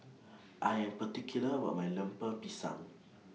I Am particular about My Lemper Pisang